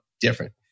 different